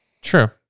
True